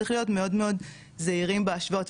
צריך להיות מאוד מאוד זהירים בהשוואות,